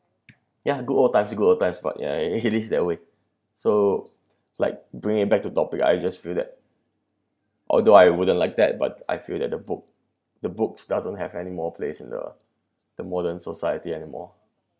ya good old times good old times but ya it is that way so like bringing back to topic I just feel that although I wouldn't like that but I feel that the book the books doesn't have anymore place in the the modern society anymore